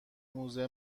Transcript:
موزه